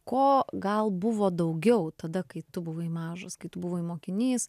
ko gal buvo daugiau tada kai tu buvai mažas kai tu buvai mokinys